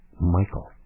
Michael